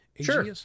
Sure